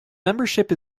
membership